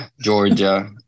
Georgia